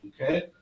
okay